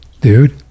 Dude